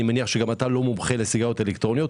אני מניח שגם אתה לא מומחה לסיגריות אלקטרוניות.